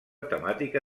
temàtica